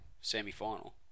semi-final